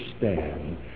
understand